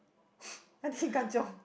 anuty kanchiong